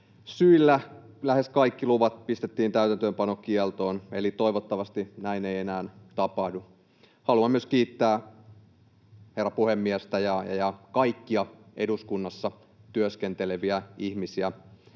syillä lähes kaikki luvat pistettiin täytäntöönpanokieltoon. Toivottavasti näin ei enää tapahdu. Haluan myös kiittää herra puhemiestä ja kaikkia eduskunnassa työskenteleviä ihmisiä